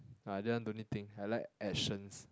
ah this one don't need think I like actions